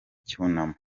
cyunamo